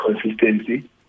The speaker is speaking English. consistency